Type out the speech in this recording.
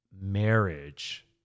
marriage